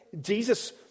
Jesus